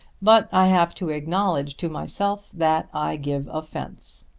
but i have to acknowledge to myself that i give offence.